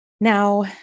Now